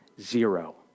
Zero